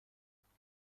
مسواک